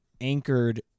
anchored